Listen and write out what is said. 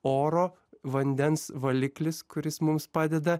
oro vandens valiklis kuris mums padeda